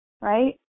right